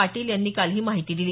पाटील यांनी काल ही माहिती दिली